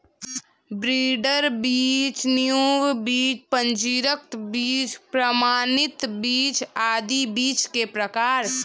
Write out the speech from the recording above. breeder बीज, नींव बीज, पंजीकृत बीज, प्रमाणित बीज आदि बीज के प्रकार है